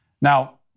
Now